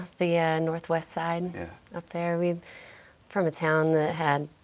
the and northwest side up there. we are from a town that had